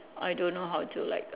I don't know how to like